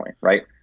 right